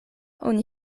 oni